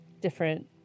different